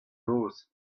noz